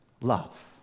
love